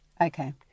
Okay